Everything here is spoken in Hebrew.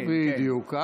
בדיוק.